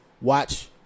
watch